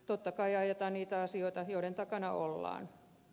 totta kai ajetaan niitä asioita joiden takana ollaan